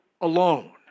alone